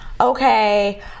okay